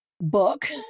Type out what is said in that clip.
book